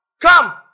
come